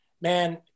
man